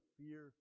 fear